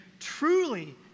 truly